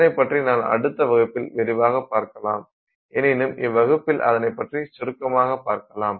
இதனைப்பற்றி நான் அடுத்த வகுப்பில் விரிவாகப் பார்க்கலாம் எனினும் இவ்வகுப்பில் அதனைப் பற்றி சுருக்கமாகப் பார்க்கலாம்